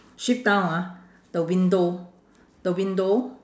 shift down ah the window the window